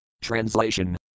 Translation